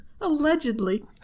Allegedly